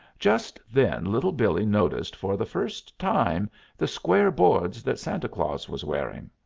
just then little billee noticed for the first time the square boards that santa claus was wearing.